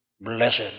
Blessed